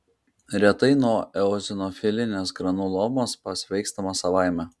retai nuo eozinofilinės granulomos pasveikstama savaime